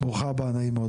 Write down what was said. ברוכה הבאה, נעים מאוד.